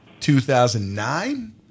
2009